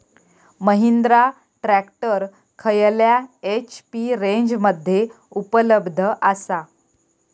Mahindra tractor खयल्या HP रेंजमध्ये उपलब्ध आसा?